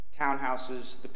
townhouses